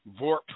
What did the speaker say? Vorp